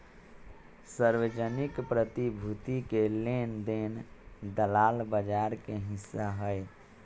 सार्वजनिक प्रतिभूति के लेन देन दलाल बजार के हिस्सा हई